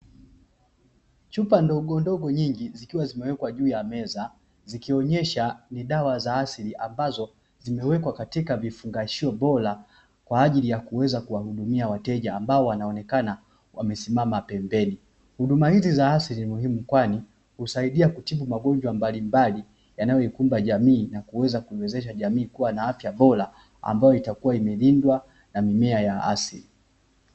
Chupa ndogo ndogo nyingi zikiwa zimewekwa juu ya meza zikionyesha ni dawa za asili ambazo zimewekwa katika vifungashio bora kwa ajili ya kuweza kuwahudumia wateja ambao wanaonekana wamesimama pembeni huduma hizi za asili muhimu kwani husaidia kutibu magonjwa mbalimbali yanayoikumba jamii na kuweza kuiwezesha jamii kuwa na afya bora ambayo itakuwa imelindwa na mimea ya asili